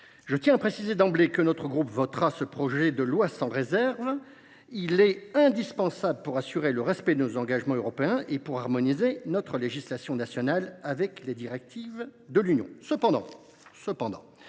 Je tiens à préciser d’emblée que notre groupe votera ce projet de loi sans réserve, car celui ci est indispensable pour assurer le respect de nos engagements européens et pour harmoniser notre législation nationale avec les directives de l’Union. Cependant, notre